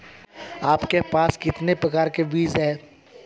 आपके पास कितने प्रकार के बीज हैं?